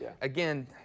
again